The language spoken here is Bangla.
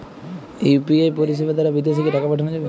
ইউ.পি.আই পরিষেবা দারা বিদেশে কি টাকা পাঠানো যাবে?